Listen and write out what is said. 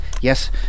Yes